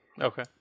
Okay